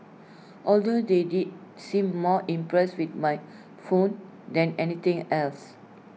although they did seem more impressed with my phone than anything else